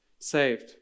Saved